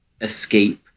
escape